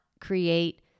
create